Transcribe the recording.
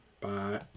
Bye